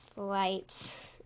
Flight's